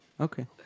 Okay